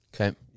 Okay